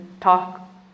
talk